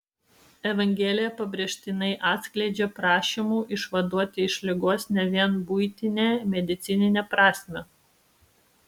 evangelija pabrėžtinai atskleidžia prašymų išvaduoti iš ligos ne vien buitinę medicininę prasmę